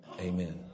Amen